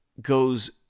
goes